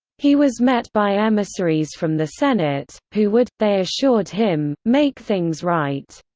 he was met by emissaries from the senate, who would, they assured him, make things right.